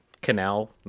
canal